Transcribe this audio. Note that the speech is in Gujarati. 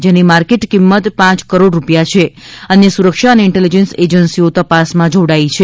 જેની માર્કેટ કિંમત પાંચ કરોડ રૂપિયા છે અન્ય સુરક્ષા અને ઇન્ટેલિજન્સ એજન્સીઓ તપાસમાં જોડાઇ છે